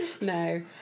No